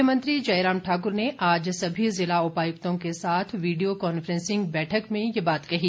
मुख्यमंत्री जयराम ठाकुर ने आज सभी जिला उपायुक्तों के साथ वीडियो कांफ्रेंसिंग बैठक में ये बात कही